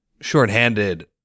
shorthanded